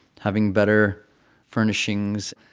having better furnishings.